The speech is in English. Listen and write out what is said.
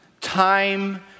time